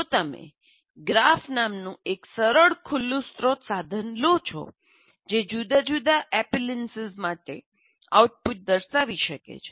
જો તમે 'ગ્રાફ' નામનું એક સરળ ખુલ્લું સ્રોત સાધન લો છો જે જુદા જુદા એપિસિલન્સ માટે આઉટપુટ દર્શાવી શકે છે